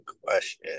question